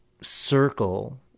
circle